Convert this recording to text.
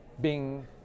bing